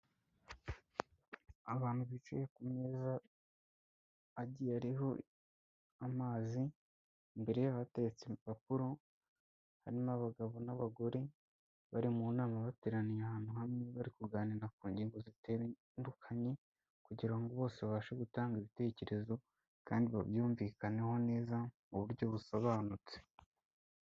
Abantu bicaye ku meza agiye ariho amazi, imbere yabo hateretse ibipapuro, harimo abagabo n'abagore bari mu nama bateraniye ahantu hamwe, bari kuganira ku ngingo zitandukanye kugira ngo bose babashe gutanga ibitekerezo kandi babyumvikaneho neza mu buryo busobanutse.